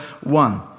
one